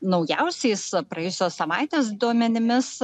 naujausiais praėjusios savaitės duomenimis